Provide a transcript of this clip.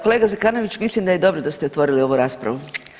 Kolega Zekanović, mislim da je dobro da ste otvorili ovu raspravu.